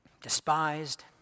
despised